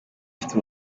ifite